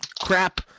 crap